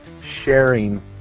sharing